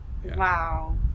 wow